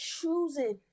choosing